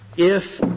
if